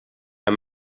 amb